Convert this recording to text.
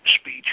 speech